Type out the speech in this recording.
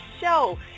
show